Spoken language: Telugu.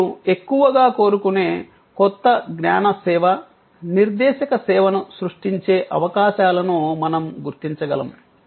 ప్రజలు ఎక్కువగా కోరుకునే కొత్త జ్ఞాన సేవ నిర్దేశక సేవను సృష్టించే అవకాశాలను మనం గుర్తించగలము